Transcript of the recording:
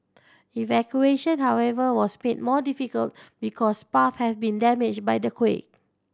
evacuation however was made more difficult because paths had been damaged by the quake